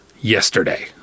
yesterday